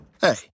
Hey